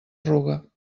ruga